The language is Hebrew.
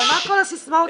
אבל מה כל הסיסמאות האלה?